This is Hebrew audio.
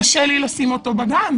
קשה לי לשים אותו בגן.